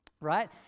right